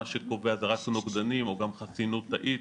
שקובע זה רק נוגדנים או גם חסינות תאית,